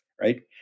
right